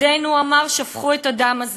"ידינו" הוא אמר, "שפכו את הדם הזה,